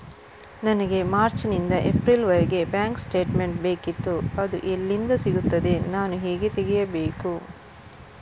ನನಗೆ ಮಾರ್ಚ್ ನಿಂದ ಏಪ್ರಿಲ್ ವರೆಗೆ ಬ್ಯಾಂಕ್ ಸ್ಟೇಟ್ಮೆಂಟ್ ಬೇಕಿತ್ತು ಅದು ಎಲ್ಲಿಂದ ಸಿಗುತ್ತದೆ ನಾನು ಹೇಗೆ ತೆಗೆಯಬೇಕು?